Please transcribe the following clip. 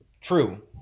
True